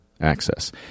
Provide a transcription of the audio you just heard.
access